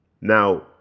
Now